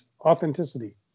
authenticity